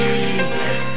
Jesus